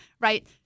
right